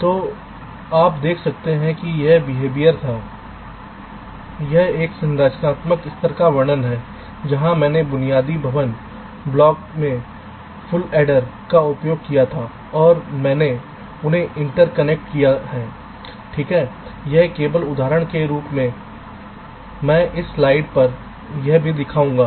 तो आप देख सकते हैं कि यह बिहेवियर था और यह एक संरचनात्मक स्तर का वर्णन है जहां मैंने बुनियादी भवन ब्लॉक में फुल एडर का उपयोग किया था और मैंने उन्हें अंतर कनेक्ट किया है ठीक है यह केवल उदाहरण के रूप में मैं इस स्लाइड पर यह भी दिखाऊंगा